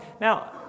Now